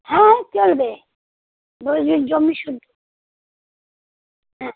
হ্যাঁ চলবে বল এ জমি শুদ্ধ হ্যাঁ